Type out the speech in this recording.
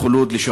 )